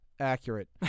accurate